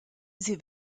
sie